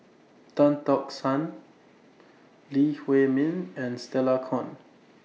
Tan Tock San Lee Huei Min and Stella Kon